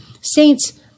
Saints